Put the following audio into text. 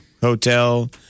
hotel